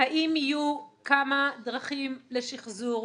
האם יהיו כמה דרכים לשחזור.